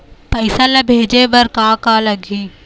पैसा ला भेजे बार का का लगही?